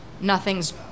nothing's